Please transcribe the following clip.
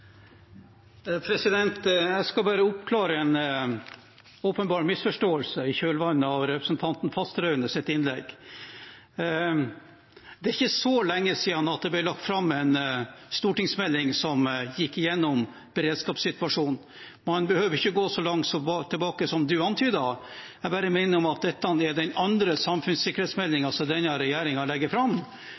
Jeg skal bare oppklare en åpenbar misforståelse i kjølvannet av representanten Fasteraunes innlegg. Det er ikke så lenge siden det ble lagt fram en stortingsmelding som gikk igjennom beredskapssituasjonen. Man behøver ikke gå så langt tilbake som han antydet. Jeg bare minner om at dette er den andre samfunnssikkerhetsmeldingen som denne regjeringen legger fram.